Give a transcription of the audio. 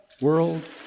world